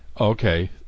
Okay